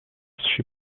she